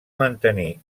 mantenir